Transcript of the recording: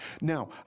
Now